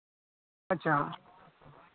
ᱟᱪᱪᱷᱟ